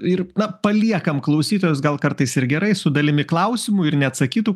ir na paliekam klausytojus gal kartais ir gerai su dalimi klausimų ir neatsakytų